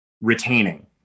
retaining